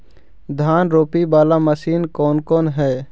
धान रोपी बाला मशिन कौन कौन है?